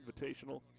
Invitational